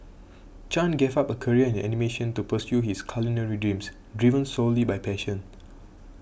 Chan gave up a career in animation to pursue his culinary dreams driven solely by passion